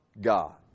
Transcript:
God